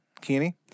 Kenny